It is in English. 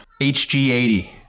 HG80